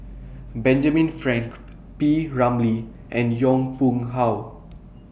Benjamin Frank P Ramlee and Yong Pung How